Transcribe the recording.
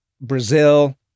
Brazil